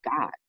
God